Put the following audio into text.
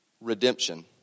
redemption